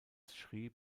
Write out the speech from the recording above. schrieb